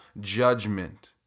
judgment